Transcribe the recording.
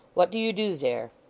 what do you do there